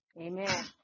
Amen